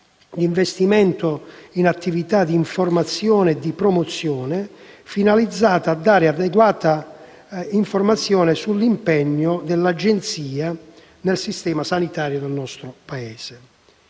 investimento in attività di informazione e promozione, finalizzata a dare adeguatamente conto dell'impegno dell'Agenzia nel sistema sanitario del nostro Paese.